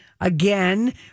again